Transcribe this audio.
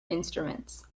instruments